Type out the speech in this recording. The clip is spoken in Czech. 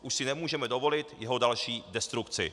Už si nemůžeme dovolit jeho další destrukci.